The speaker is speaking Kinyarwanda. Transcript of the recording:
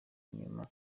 inyuma